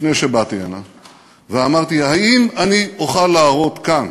לפני שבאתי הנה ואמרתי: האם אני אוכל להראות כאן